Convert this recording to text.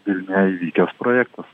vilniuje įvykęs projektas